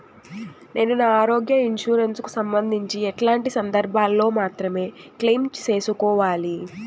నేను నా ఆరోగ్య ఇన్సూరెన్సు కు సంబంధించి ఎట్లాంటి సందర్భాల్లో మాత్రమే క్లెయిమ్ సేసుకోవాలి?